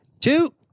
two